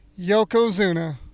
Yokozuna